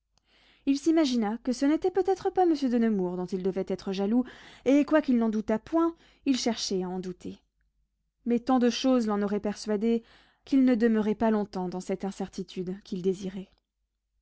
il s'imagina que ce n'était peut-être pas monsieur de nemours dont il devait être jaloux et quoiqu'il n'en doutât point il cherchait à en douter mais tant de choses l'en auraient persuadé qu'il ne demeurait pas longtemps dans cette incertitude qu'il désirait